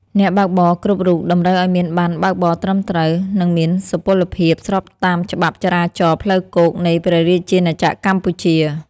អ្នកបើកបរគ្រប់រូបតម្រូវឱ្យមានប័ណ្ណបើកបរត្រឹមត្រូវ និងមានសុពលភាពស្របតាមច្បាប់ចរាចរណ៍ផ្លូវគោកនៃព្រះរាជាណាចក្រកម្ពុជា។